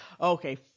Okay